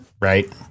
Right